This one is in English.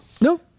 No